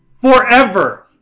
forever